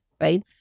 right